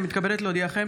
אני מתכבדת להודיעכם,